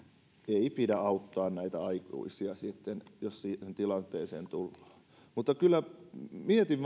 ei pidä auttaa näitä aikuisia jos siihen tilanteeseen tullaan mutta mietin